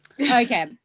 Okay